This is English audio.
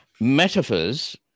metaphors